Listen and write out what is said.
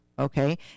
okay